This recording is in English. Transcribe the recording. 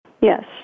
Yes